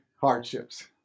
hardships